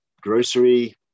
grocery